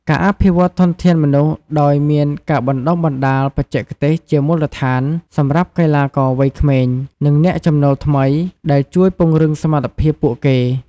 ការអភិវឌ្ឍធនធានមនុស្សដោយមានការបណ្តុះបណ្តាលបច្ចេកទេសជាមូលដ្ឋានសម្រាប់កីឡាករវ័យក្មេង និងអ្នកចំណូលថ្មី ដែលជួយពង្រឹងសមត្ថភាពពួកគេ។